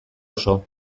oso